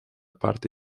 parte